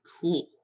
cool